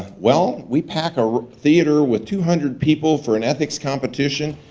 well we pack our theater with two hundred people for an ethics competition,